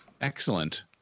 excellent